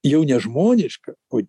jau nežmoniška o